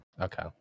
Okay